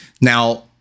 Now